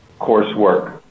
coursework